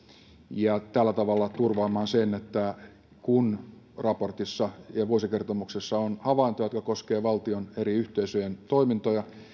ja tällä tavalla turvaamaan sen että kun raportissa ja vuosikertomuksessa on havaintoja jotka koskevat valtion eri yhteisöjen toimintoja